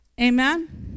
amen